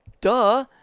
duh